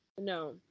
No